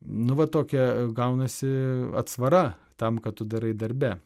nu va tokia gaunasi atsvara tam ką tu darai darbe